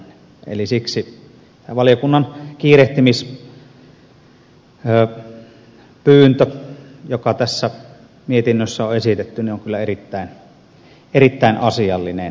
eli siksi valiokunnan kiirehtimispyyntö joka tässä mietinnössä on esitetty on kyllä erittäin asiallinen